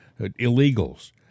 illegals